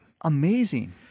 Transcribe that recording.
Amazing